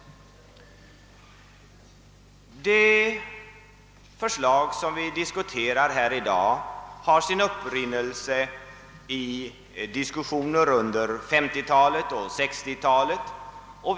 Det förslag som vi här i dag diskuterar har sin upprinnelse i diskussioner under 1950-talet och 1960-talet.